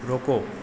रुको